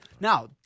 now